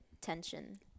tension